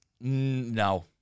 No